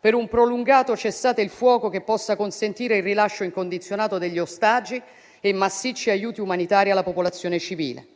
per un prolungato cessate il fuoco che possa consentire il rilascio incondizionato degli ostaggi e massicci aiuti umanitari alla popolazione civile.